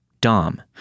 Dom